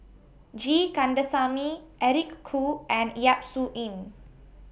G Kandasamy Eric Khoo and Yap Su Yin